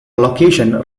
location